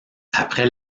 après